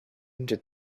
into